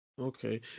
okay